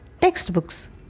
textbooks